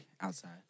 outside